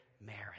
marriage